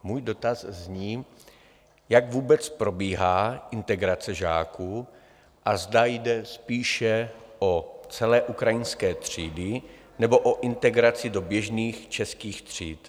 Můj dotaz zní, jak vůbec probíhá integrace žáků a zda jde spíše o celé ukrajinské třídy, nebo o integraci do běžných českých tříd.